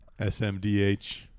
smdh